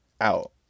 out